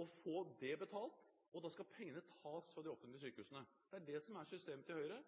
og få behandlingen betalt, og da skal pengene tas fra de offentlige sykehusene. Det er det som er systemet til Høyre